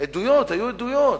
עדויות, היו עדויות.